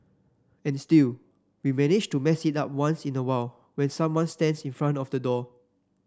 and still we manage to mess it up once in a while when someone stands in front of the door